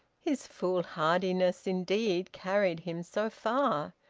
his foolhardiness, indeed carried him so far?